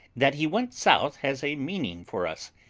that he went south has a meaning for us.